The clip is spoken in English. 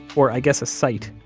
or i guess a sight,